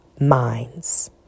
Minds